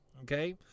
okay